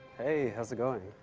hey, how's it going?